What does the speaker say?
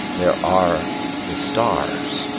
there are the stars,